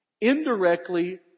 indirectly